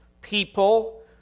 people